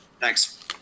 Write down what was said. Thanks